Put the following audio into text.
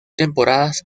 temporadas